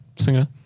singer